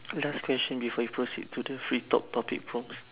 last question before we proceed to the free talk topic prompts